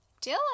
Dylan